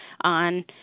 on